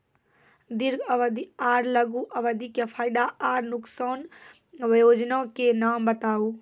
दीर्घ अवधि आर लघु अवधि के फायदा आर नुकसान? वयोजना के नाम बताऊ?